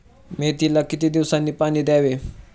मेथीला किती दिवसांनी पाणी द्यावे?